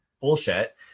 Bullshit